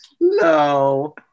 No